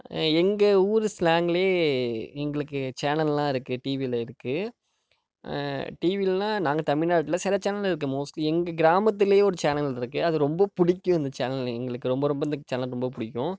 எங்கள் ஊர் ஸ்லாங்கிலே எங்களுக்கு சேனலெலாம் இருக்குது டிவியில் இருக்குது டிவிலெலலாம் நாங்கள் தமிழ்நாட்டில் சில சேனல் இருக்குது மோஸ்ட்லி எங்கள் கிராமத்திலேயே ஒரு சேனல் இருக்குது அது ரொம்ப பிடிக்கும் அந்த சேனல் எங்களுக்கு ரொம்ப ரொம்ப அந்த சேனல் ரொம்ப பிடிக்கும்